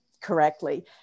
correctly